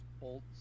Bolts